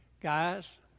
Guys